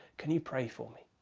can you pray for me?